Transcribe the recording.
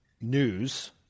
news